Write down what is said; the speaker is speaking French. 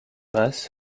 mas